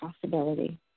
possibility